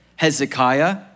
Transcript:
Hezekiah